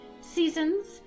Seasons